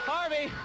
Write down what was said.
Harvey